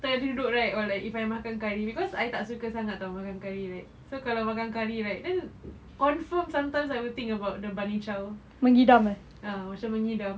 terduduk right or like if I makan curry cause I tak suka sangat [tau] makan curry right so kalau makan curry right then confirm sometimes I will think about the bunny chow ah macam mengidam